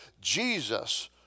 Jesus